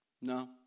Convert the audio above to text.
no